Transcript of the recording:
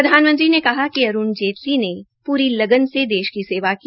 प्रधानमंत्री ने कहा कि अरूण जेतली ने प्री लगन से देश की सेवा की